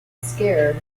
scared